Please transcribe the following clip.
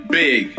big